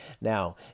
Now